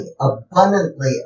abundantly